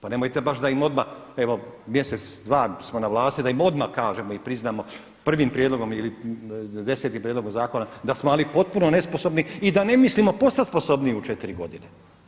Pa nemojte baš da im odmah evo mjesec, dva smo na vlasti pa da im odmah kažemo i priznamo prvim prijedlogom ili desetim prijedlogom zakona da smo ali potpuno nesposobni i da ne mislimo postat sposobniji u četiri godine.